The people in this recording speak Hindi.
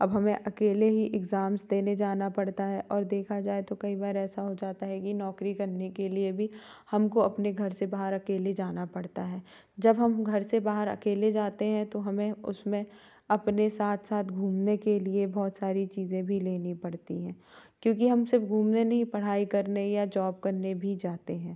अब हमें अकेले ही इग्ज़ाम्स देने जाना पड़ता है और देखा जाए तो कई बार ऐसा हो जाता है कि नौकरी करने के लिए भी हमको अपने घर से बाहर अकेले जाना पड़ता है जब हम घर से बाहर अकेले जाते हैं तो हमें उसमें अपने साथ साथ घूमने के लिए बहुत सारी चीज़ें भी लेनी पड़ती हैं क्योंकि हम सिर्फ घूमने नहीं पढ़ाई करने या जौब करने भी जाते हैं